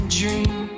dream